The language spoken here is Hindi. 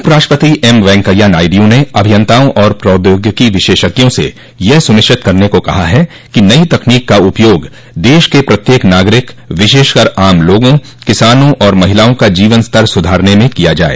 उपराष्ट्रपति एम वेंकैया नायडू ने अभियंताओं और प्रौद्योगिकी विशेषज्ञों से यह सुनिश्चित करने को कहा है कि नई तकनीक का उपयोग देश के प्रत्येक नागरिक विशेषकर आम लोगों किसानों और महिलाओं का जीवन स्तर सुधारने में किया जाए